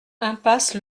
impasse